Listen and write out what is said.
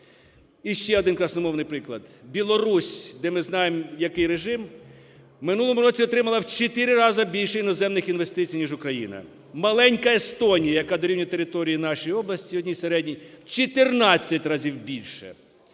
І ще один красномовний приклад: Білорусь, де ми знаємо який режим, в минулому році отримали в 4 рази більше іноземних інвестицій, ніж Україна, маленька Естонія, яка дорівнює території нашої області одній середній – в 14 разів більше.